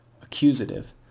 accusative